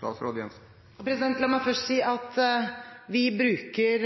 La meg først si at vi bruker